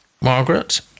margaret